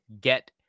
get